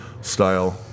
style